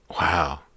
Wow